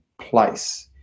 place